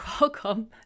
welcome